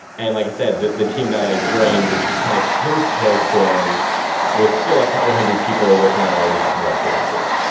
and like i said, the the team that i joined which was kind of post hailstorm was still a couple hundred people working on all these different web services.